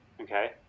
Okay